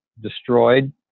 destroyed